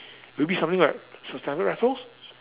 will it be something like Sir Stamford-Raffles